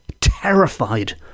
terrified